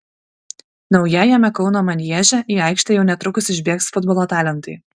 naujajame kauno manieže į aikštę jau netrukus išbėgs futbolo talentai